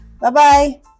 Bye-bye